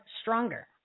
stronger